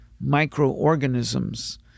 microorganisms